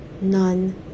none